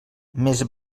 més